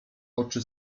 oczy